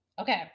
Okay